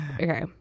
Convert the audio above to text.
okay